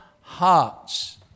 hearts